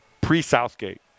pre-Southgate